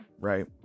right